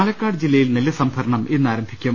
പാലക്കാട് ജില്ലയിൽ നെല്ല് സംഭരണം ഇന്ന് ആരംഭിക്കും